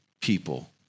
people